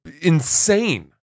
insane